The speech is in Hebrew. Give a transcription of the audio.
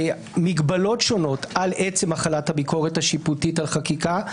מגבלות שונות על עצם החלת הביקורת השיפוטית על חקיקה.